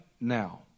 now